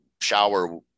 shower